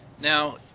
Now